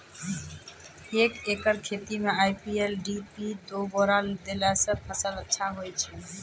एक एकरऽ खेती मे आई.पी.एल डी.ए.पी दु बोरा देला से फ़सल अच्छा होय छै?